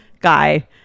Guy